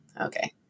okay